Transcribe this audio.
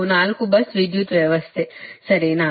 ಇದು 4 bus ವಿದ್ಯುತ್ ವ್ಯವಸ್ಥೆ ಸರಿನಾ